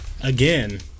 Again